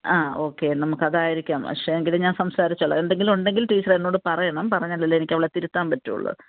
ആ ഓക്കെ നമുക്ക് അതായിരിക്കാം പക്ഷെ എങ്കിലും ഞാൻ സംസാരിച്ചോളാം എന്തെങ്കിലും ഉണ്ടെങ്കിൽ ടീച്ചർ എന്നോട് പറയണം പറഞ്ഞാലല്ലേ എനിക്കവളെ തിരുത്താൻ പറ്റുള്ളൂ